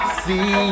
see